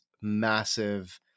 massive